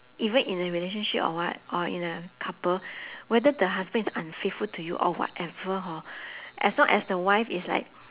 even in a relationship or what or in a couple whether the husband is unfaithful to you or whatever hor as long as the wife is like